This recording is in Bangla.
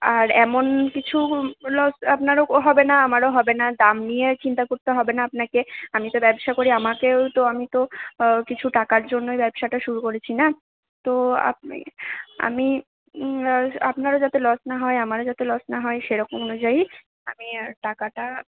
আর এমন কিছু লস আপনারও হবে না আমারও হবে না আর দাম নিয়ে চিন্তা করতে হবে না আপনাকে আমি তো ব্যবসা করি আমাকেও তো আমি তো কিছু টাকার জন্যই ব্যবসাটা শুরু করেছি না তো আপনি আমি আপনারও যাতে লস না হয় আমারও যাতে লস না হয় সেইরকম অনুযায়ী আমি আর টাকাটা